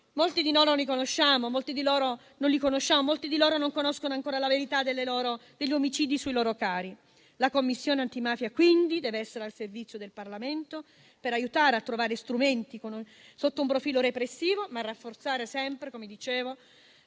altri non li conosciamo e molti non conoscono ancora la verità sugli omicidi dei loro cari. La Commissione antimafia deve essere al servizio del Parlamento per aiutare a trovare strumenti sotto il profilo repressivo, ma deve rafforzare sempre - come dicevo